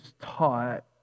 taught